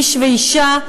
איש ואישה,